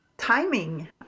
timing